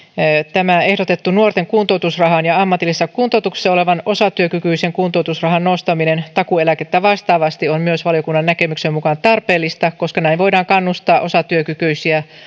tämä ehdotettu nuoren kuntoutusrahan ja ammatillisessa kuntoutuksessa olevan osatyökykyisen kuntoutusrahan nostaminen takuueläkettä vastaavasti on myös valiokunnan näkemyksen mukaan tarpeellista koska näin voidaan kannustaa osatyökykyisiä